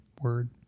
word